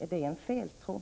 Är detta en felaktig tro?